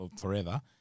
forever